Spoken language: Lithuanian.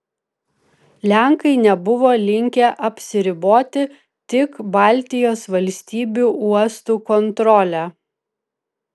lenkai nebuvo linkę apsiriboti tik baltijos valstybių uostų kontrole